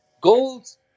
goals